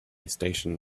station